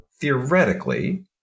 theoretically